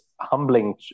humbling